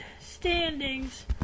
standings